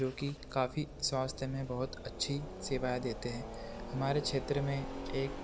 जो कि काफी स्वास्थ्य में बहुत अच्छी सेवाएँ देते हैं हमारे क्षेत्र में एक